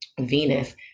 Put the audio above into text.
venus